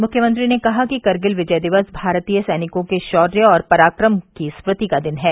मुख्यमंत्री ने कहा कि कारगिल विजय दिवस भारतीय सैनिकों के शौर्य और पराक्रम की स्मृति का दिन है